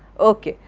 ok,